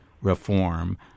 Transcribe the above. reform